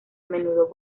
menudo